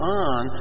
on